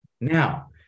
Now